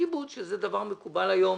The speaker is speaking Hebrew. כיבוד שזה דבר מקובל היום